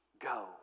go